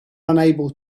unable